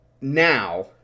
now